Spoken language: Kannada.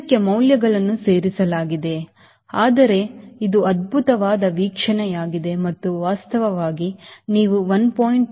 ಇದಕ್ಕೆ ಮೌಲ್ಯಗಳನ್ನು ಸೇರಿಸಲಾಗಿದೆ ಆದರೆ ಇದು ಅದ್ಭುತವಾದ ವೀಕ್ಷಣೆಯಾಗಿದೆ ಮತ್ತು ವಾಸ್ತವವಾಗಿ ನೀವು 1